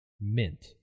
mint